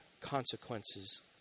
consequences